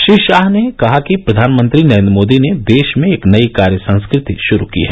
श्री शाह ने कहा कि प्रधानमंत्री नरेन्द्र मोदी ने देश में एक नई कार्य संस्कृति शुरू की है